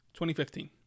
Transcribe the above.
2015